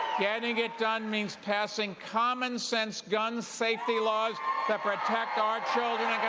getting it done means passing common sense gun safety laws that protect our children.